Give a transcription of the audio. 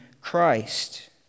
Christ